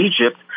Egypt